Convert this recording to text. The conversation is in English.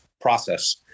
process